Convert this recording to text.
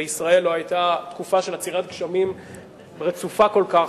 בישראל לא היתה תקופה של עצירת גשמים רצופה כל כך,